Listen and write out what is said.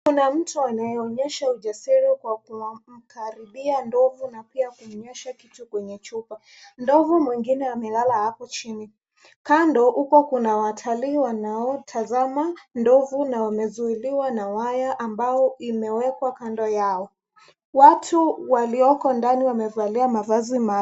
Kuna mtu anayeonyesha ujasiri kwa kumkaribia ndovu na pia kumnywesha kitu kwenye chupa. Ndovu mwingine amelala hapo chini. Kando huko kuna watalii wanaotazama ndovu na wamezuiliwa na waya ambao imewekwa kando yao. Watu walioko ndani wamevalia mavazi maalum.